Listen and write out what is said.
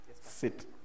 sit